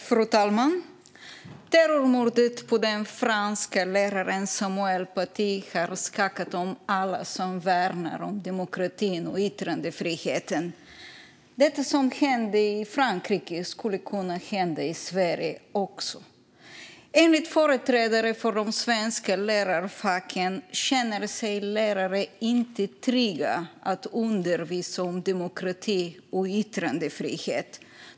Fru talman! Terrormordet på den franske läraren Samuel Paty har skakat om alla som värnar om demokratin och yttrandefriheten. Det som hände i Frankrike skulle också kunna hända i Sverige. Enligt företrädare för de svenska lärarfacken känner sig lärare inte trygga att undervisa om demokrati och yttrandefrihet.